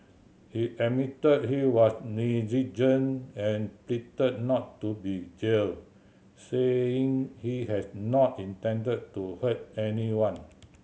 he admitted he was negligent and pleaded not to be jailed saying he has not intended to hurt anyone